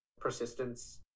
persistence